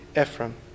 Ephraim